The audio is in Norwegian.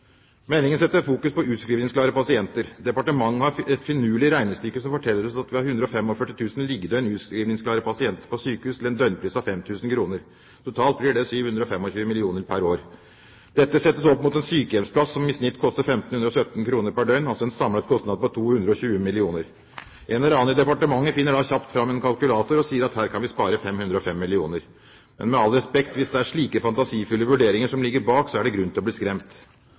fokus mot utskrivningsklare pasienter. Departementet har et finurlig regnestykke som forteller oss at vi har utskrivningsklare pasienter på sykehus tilsvarende om lag 145 000 liggedøgn til en døgnpris av 5 000 kr. Totalt blir det 725 mill. kr pr. år. Dette settes opp mot en sykehjemsplass som i snitt koster 1 575 kr pr. døgn, altså en samlet kostnad på 220 mill. kr. En eller annen i departementet finner da kjapt fram en kalkulator og sier at her kan vi spare 505 mill. kr. Men med all respekt: Hvis det er slike fantasifulle vurderinger som ligger bak, er det grunn til å bli skremt.